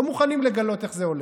לא מוכנים לגלות איך זה הולך,